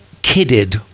kidded